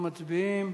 אנחנו מצביעים.